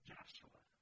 Joshua